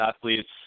athletes